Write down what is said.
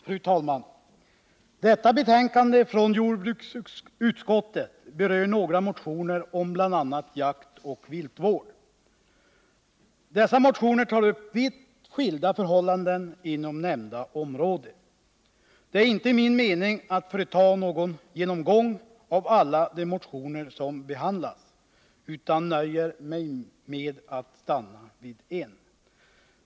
Fru talman! Detta betänkande från jordbruksutskottet berör några motioner om bl.a. jakt och viltvård. Dessa motioner tar upp vitt skilda förhållanden inom nämnda område. Det är inte min mening att företa någon genomgång av alla de motioner som behandlas, utan jag nöjer mig med att stanna vid en.